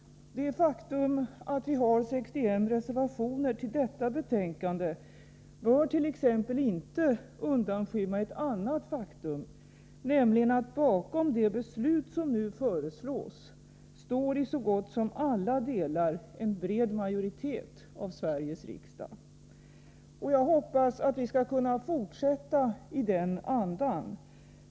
Det faktum att vi har 61 reservationer till detta betänkande bör t.ex. inte undanskymma ett annat faktum — nämligen att bakom de beslut som nu föreslås står i så gott som alla delar en bred majoritet av Sveriges riksdag. Jag hoppas att vi skall kunna fortsätta i den andan.